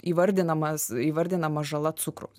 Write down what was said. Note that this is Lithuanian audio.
įvardinamas įvardinama žala cukraus